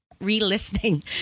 re-listening